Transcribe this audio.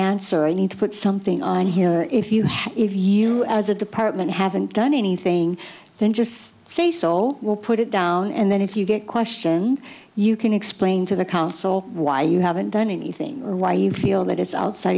answer and to put something on here if you if you as a department haven't done anything then just say saul we'll put it down and then if you get question you can explain to the council why you haven't done anything why you feel that it's outside